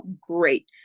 great